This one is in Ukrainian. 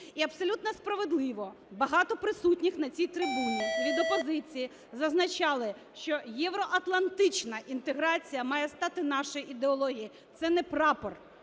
І абсолютно справедливо багато присутніх на цій трибуні від опозиції зазначали, що євроатлантична інтеграція має стати нашою ідеологією. Це не прапор.